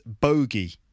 bogey